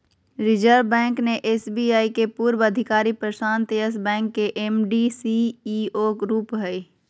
reserve bank ने SBI के पूर्व अधिकारी प्रशांत यस बैंक के एम.डी, सी.ई.ओ रूप हइ